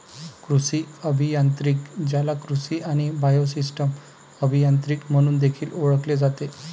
कृषी अभियांत्रिकी, ज्याला कृषी आणि बायोसिस्टम अभियांत्रिकी म्हणून देखील ओळखले जाते